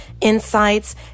insights